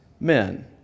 men